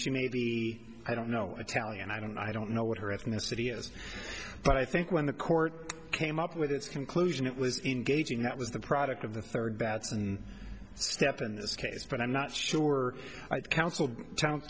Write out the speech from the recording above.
she may be i don't know italian i don't i don't know what her ethnicity is but i think when the court came up with its conclusion it was engaging that was the product of the third batson step in this case but i'm not sure i counseled town